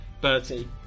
Bertie